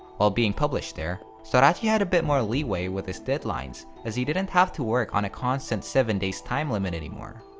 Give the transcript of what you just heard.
while being published there, sorachi had a bit more leeway with his deadlines as he didn't have to work on a constant seven days time limit anymore.